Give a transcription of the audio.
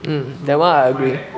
mm that one I agree